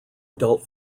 adult